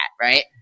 right